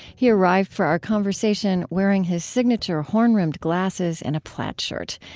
he arrived for our conversation wearing his signature horn-rimmed glasses and a plaid shirt.